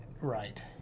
Right